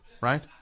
right